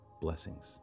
blessings